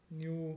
new